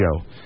show